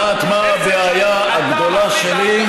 את יודעת מה הבעיה הגדולה שלי?